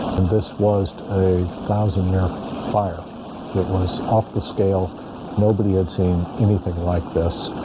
this was a thousand year fire it was off the scale nobody had seen anything like this.